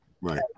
right